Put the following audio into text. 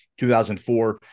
2004